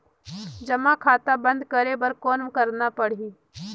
जमा खाता बंद करे बर कौन करना पड़ही?